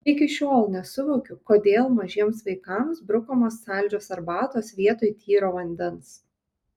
iki šiol nesuvokiu kodėl mažiems vaikams brukamos saldžios arbatos vietoj tyro vandens